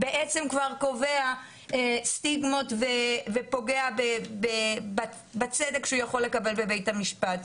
בעצם כבר קובע סטיגמות ופוגע בצדק שהוא יכול לקבל בבית המשפט.